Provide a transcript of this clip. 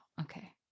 okay